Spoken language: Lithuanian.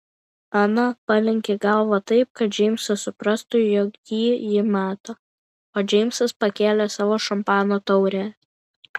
ana palenkė galvą taip kad džeimsas suprastų jog jį ji mato o džeimsas pakėlė savo šampano taurę